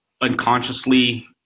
unconsciously